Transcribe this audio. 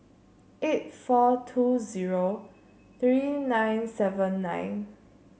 eight four two zero three nine seven nine